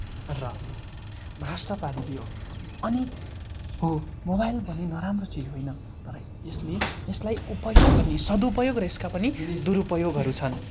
र भ्रष्ट पारिदियो अनि हो मोबाइल पनि नराम्रो चिज होइन तर यसले यसलाई उपयोग गर्ने सदुपयोग र यसका पनि दुरुपयोगहरू छन्